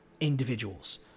individuals